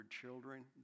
children